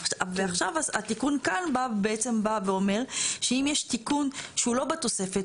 ועכשיו התיקון כאן בא בעצם בא ואומר שאם יש תיקון שהוא לא בתוספת,